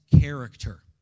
character